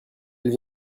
elle